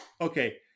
Okay